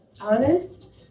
honest